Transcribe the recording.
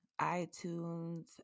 iTunes